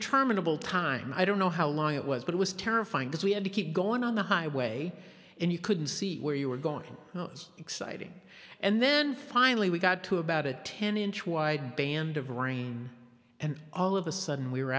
indeterminable time i don't know how long it was but it was terrifying because we had to keep going on the highway and you couldn't see where you were going exciting and then finally we got to about a ten inch wide band of rain and all of a sudden we were